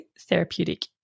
therapeutic